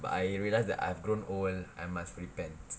but I realised that I have grown old and I must repent